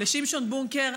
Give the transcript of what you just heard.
לשמשון בונקר,